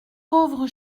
pauvre